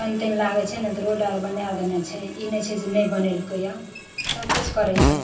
पानि तानि लागै छै नऽ तऽ रोड अर बना देने छै ई नहि छै जे नहि बनेलकैए सभ किछु करै छै